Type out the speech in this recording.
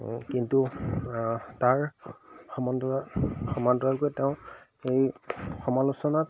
কিন্তু তাৰ সমান্তৰাল সমান্তৰালকৈ তেওঁ এই সমালোচনাত